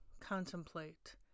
contemplate